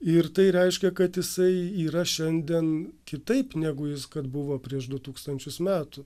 ir tai reiškia kad jisai yra šiandien kitaip negu jis kad buvo prieš du tūkstančius metų